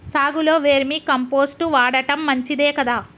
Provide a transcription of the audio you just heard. సాగులో vermicompost వాడటం మంచిదే కదా?